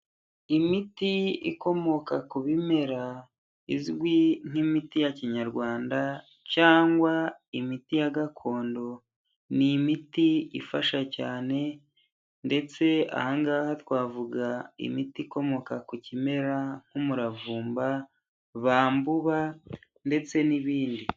Imiti ikomoka ku bimera, izwi nk'imiti ya kinyarwanda, cyangwa imiti ya gakondo, ni imiti ifasha cyane ndetse aha ngaha twavuga imiti ikomoka ku kimera nk'umuravumba, bambuba, ndetse n'ibindi.